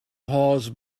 horse